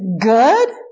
good